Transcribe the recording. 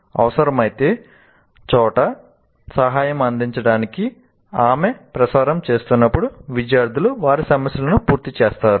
అవసరమైన చోట సహాయం అందించడానికి ఆమె ప్రసారం చేస్తున్నప్పుడు విద్యార్థులు వారి సమస్యలను పూర్తి చేస్తారు